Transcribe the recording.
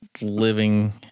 Living